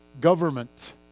government